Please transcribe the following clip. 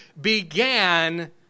began